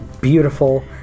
beautiful